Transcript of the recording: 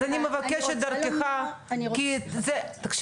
אז אני מבקשת דרכך --- אני רוצה לומר --- תקשיבו,